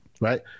right